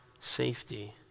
safety